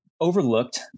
overlooked